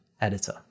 editor